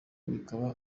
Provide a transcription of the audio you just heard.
bikaba